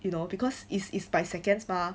you know because is is by seconds mah